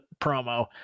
promo